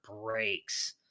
breaks